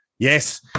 Yes